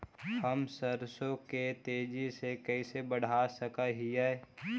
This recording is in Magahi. हम सरसों के तेजी से कैसे बढ़ा सक हिय?